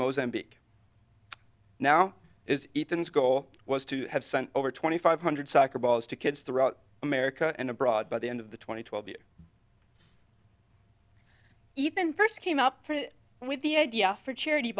mozambique now is ethan's goal was to have sent over twenty five hundred soccer balls to kids throughout america and abroad by the end of the two thousand and twelve year even first came up with the idea for charity